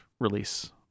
release